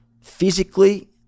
Physically